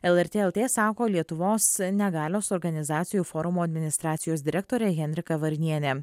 lrt lt sako lietuvos negalios organizacijų forumo administracijos direktorė henrika varnienė